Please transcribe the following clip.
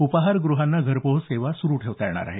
उपाहारग्रहांना घरपोहोच सेवा मात्र सुरु ठेवता येणार आहे